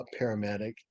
paramedic